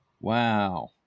wow